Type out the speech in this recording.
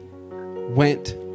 went